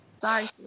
Sorry